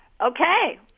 Okay